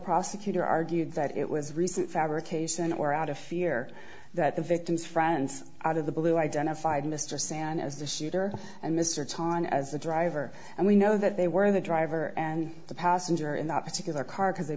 prosecutor argued that it was recent fabrication or out of fear that the victim's friends out of the blue identified mr san as the shooter and mr tallman as the driver and we know that they were the driver and the passenger in that particular car because they